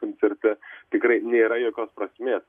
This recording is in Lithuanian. koncerte tikrai nėra jokios prasmės